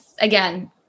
again